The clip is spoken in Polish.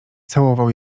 całował